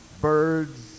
birds